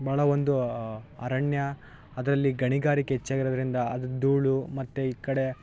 ಭಾಳ ಒಂದು ಅರಣ್ಯ ಅದರಲ್ಲಿ ಗಣಿಗಾರಿಕೆ ಹೆಚ್ಚಾಗಿರೋದ್ರಿಂದ ಅದು ಧೂಳು ಮತ್ತು ಈ ಕಡೆ